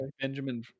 benjamin